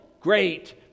great